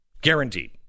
guaranteed